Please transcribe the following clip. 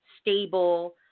stable